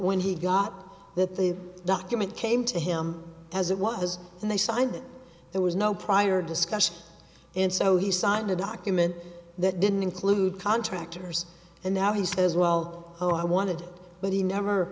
when he got that the document came to him as it was and they signed it there was no prior discussion and so he signed a document that didn't include contractors and now he says well oh i wanted but he never